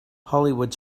hollywood